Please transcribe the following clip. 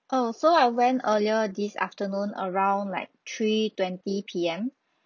oh so I went earlier this afternoon around like three twenty P_M